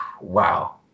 Wow